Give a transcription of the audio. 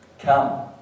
Come